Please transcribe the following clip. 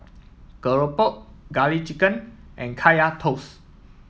Keropok Garlic Chicken and Kaya Toast